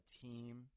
team